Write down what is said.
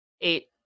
Eight